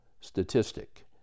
statistic